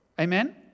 Amen